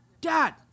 dad